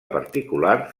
particular